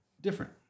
Different